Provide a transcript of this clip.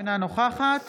אינה נוכחת